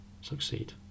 succeed